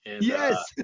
yes